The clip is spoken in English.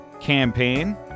campaign